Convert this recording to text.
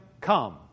Come